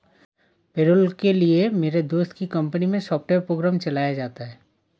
payroll के लिए मेरे दोस्त की कंपनी मै सॉफ्टवेयर प्रोग्राम चलाया जाता है